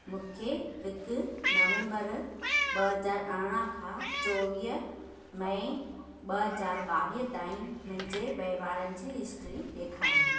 मूंखे हिकु नवेंबर ॿ हज़ार अरिड़ह खां चोवीह मई ॿ हज़ार ॿावीह ताईं मुंहिंजे वहिंवारनि जी हिस्ट्री ॾेखारियो